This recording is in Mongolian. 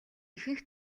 ихэнх